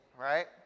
Right